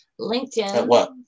LinkedIn